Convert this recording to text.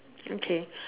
okay